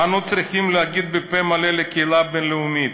אנו צריכים להגיד בפה מלא לקהילה הבין-לאומית: